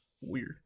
weird